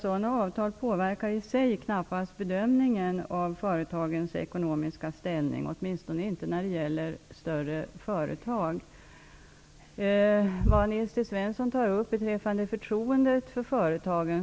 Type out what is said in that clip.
Sådana avtal i sig påverkar knappast bedömningen av företagens ekonomiska ställning, åtminstone inte när det gäller större företag. Nils T Svensson tar upp frågan om förtroendet för företagen.